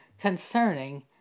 concerning